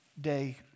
day